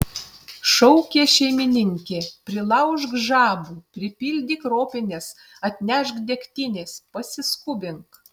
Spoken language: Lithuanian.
šaukė šeimininkė prilaužk žabų pripildyk ropines atnešk degtinės pasiskubink